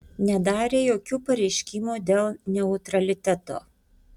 nedarė jokių pareiškimų dėl neutraliteto